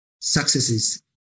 successes